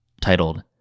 titled